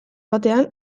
batean